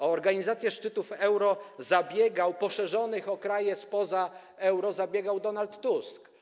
O organizację szczytów euro poszerzonych o kraje spoza euro zabiegał Donald Tusk.